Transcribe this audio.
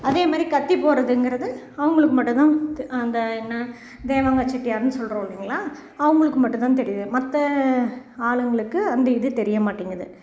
அதே மாரி கத்தி போட்டுறதுங்கறது அவங்களுக்கு மட்டுந்தான் அந்த என்ன தேவாங்கு செட்டியார்னு சொல்கிறோம் இல்லைங்களா அவங்களுக்கு மட்டுந்தான் தெரியுது மற்ற ஆளுங்களுக்கு அந்த இது தெரிய மாட்டேங்கிது